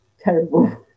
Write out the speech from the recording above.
terrible